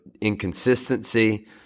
inconsistency